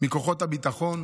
מכוחות הביטחון.